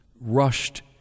rushed